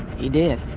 he did.